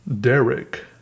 Derek